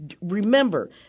remember